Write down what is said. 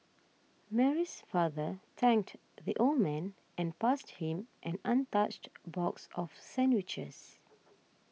Mary's father thanked the old man and passed him an untouched box of sandwiches